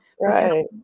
Right